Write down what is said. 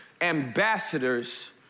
ambassadors